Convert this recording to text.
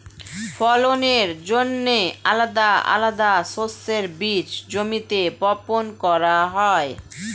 ফলনের জন্যে আলাদা আলাদা শস্যের বীজ জমিতে বপন করা হয়